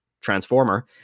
transformer